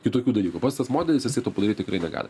kitokių dalykų pats tas modelis jisai to padaryt tikrai negali